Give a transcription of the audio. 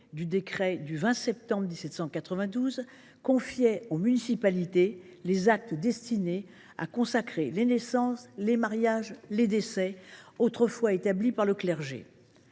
du décret du 20 septembre 1792 confiait aux municipalités les actes destinés à consacrer les naissances, les mariages, les décès, autrefois établis par le clergé.